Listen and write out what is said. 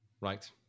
Right